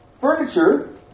furniture